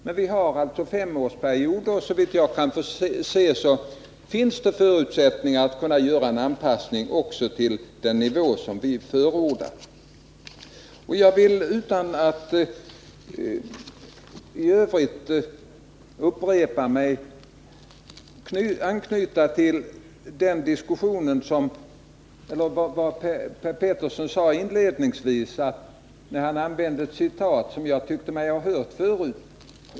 Men det gäller femårsperioder, och såvitt jag kan se finns det fortfarande förutsättningar för en anpassning till den nivå vi förordar. Jag vill, utan att i övrigt upprepa mig, anknyta till det citat Per Petersson inledningsvis använde fortfarande att vi av och som jag tyckte mig ha hört förut.